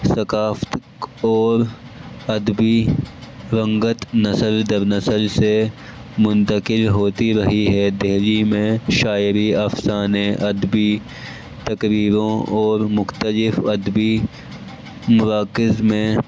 ثقافت اور ادبی رنگت نسل در نسل سے منتقل ہوتی رہی ہے دلی میں شاعری افسانے ادبی تقریروں اور مختلف ادبی مراکز میں